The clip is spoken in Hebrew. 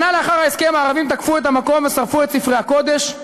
שנה לאחר ההסכם הערבים תקפו את המקום ושרפו את ספרי הקודש.